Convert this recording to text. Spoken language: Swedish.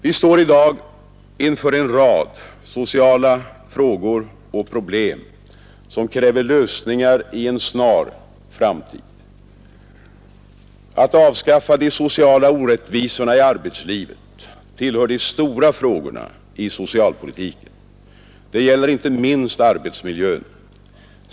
Vi står i dag inför en rad sociala frågor och problem som kräver lösningar i en nära framtid. Att avskaffa de sociala orättvisorna i arbetslivet tillhör de stora frågorna i socialpolitiken. Det gäller inte minst arbetsmiljön.